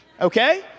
okay